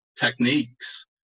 techniques